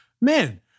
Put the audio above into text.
man